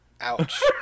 Ouch